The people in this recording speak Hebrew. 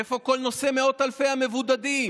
איפה כל נושא מאות אלפי המבודדים,